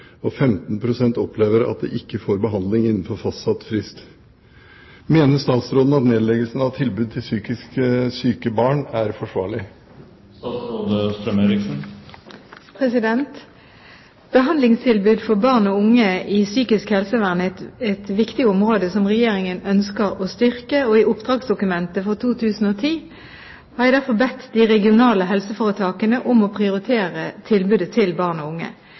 og 15 pst. opplever at de ikke får behandling innenfor fastsatt frist. Mener statsråden at nedlegging av tilbud til psykisk syke barn er forsvarlig?» Behandlingstilbud for barn og unge i psykisk helsevern er et viktig område som Regjeringen ønsker å styrke, og i oppdragsdokumentet for 2010 har jeg derfor bedt de regionale helseforetakene om å prioritere tilbudet til barn og unge.